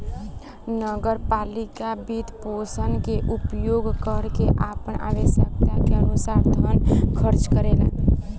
नगर पालिका वित्तपोषण के उपयोग क के आपन आवश्यकता के अनुसार धन खर्च करेला